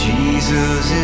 Jesus